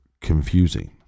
confusing